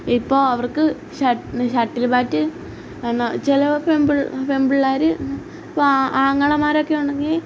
ഇപ്പോൾ അവർക്ക് ഷ് ഷട്ടിൽ ബാറ്റ് എന്താ ചില പെബ്ൾ പെൺപിള്ളേർ ഇപ്പോൾ ആങ്ങളമാരൊക്കെ ഉണ്ടെങ്കിൽ